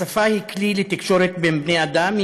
השפה היא כלי לתקשורת בין בני אדם.